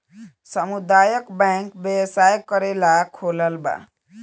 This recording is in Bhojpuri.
सामुदायक बैंक व्यवसाय करेला खोलाल बा